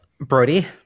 Brody